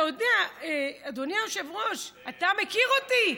אתה יודע, אדוני היושב-ראש, אתה מכיר אותי.